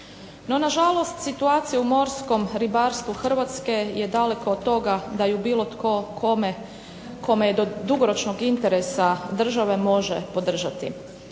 nažalost situacija u morskom ribarstvu Hrvatske je daleko od toga da ju bilo tko kome je do dugoročnog interesa države može podržati.